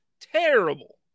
terrible